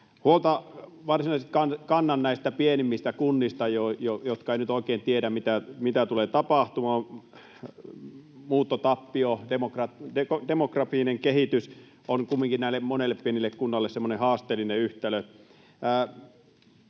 Huolta varsinaisesti kannan näistä pienimmistä kunnista, jotka eivät nyt oikein tiedä, mitä tulee tapahtumaan. Muuttotappio, demografinen kehitys, on kumminkin monelle pienelle kunnalle semmoinen haasteellinen yhtälö.